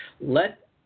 let